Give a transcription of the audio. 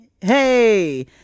hey